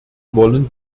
wollen